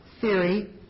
theory